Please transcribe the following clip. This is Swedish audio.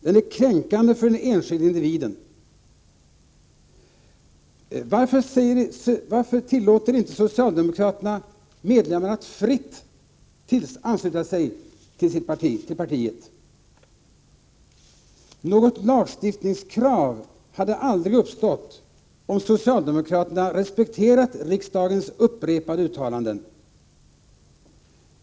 Den är kränkande för den enskilde individen. Varför tillåter inte socialdemokraterna medlemmarna att fritt ansluta sig till partiet? Något lagstiftningskrav hade aldrig uppstått om socialdemokraterna hade respekterat riksdagens upprepade uttalanden.